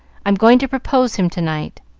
i'm going to propose him to-night.